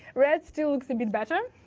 rats still exhibit better.